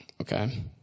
okay